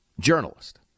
Journalist